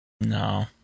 No